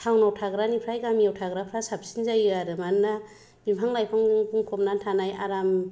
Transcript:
टाउनाव थाग्रानिफ्राय गामियाव थाग्राफ्रा साबसिन जायो आरो मानोना बिफां लाइफां बुंफबनानै थानाय आराम